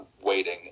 waiting